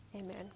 Amen